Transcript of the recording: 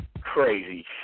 Crazy